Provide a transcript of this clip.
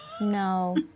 No